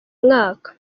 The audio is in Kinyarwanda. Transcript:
mwaka